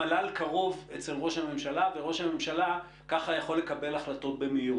המל"ל קרוב אצל ראש הממשלה וראש הממשלה ככה יכול לקבל החלטות במהירות.